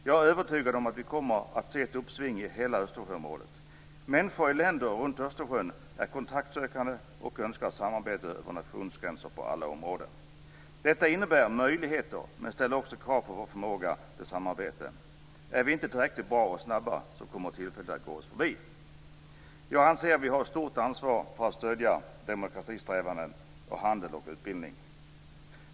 Jag är övertygad om att vi kommer att se ett uppsving i hela Östersjöområdet. Människor i länder runt Östersjön är kontaktsökande och önskar samarbete över nationsgränser på alla områden. Detta innebär möjligheter men ställer också krav på vår förmåga till samarbete. Är vi inte tillräckligt bra och snabba kommer tillfället att gå oss förbi. Jag anser att vi har ett stort ansvar för att stödja demokratisträvanden, handel och utbildning.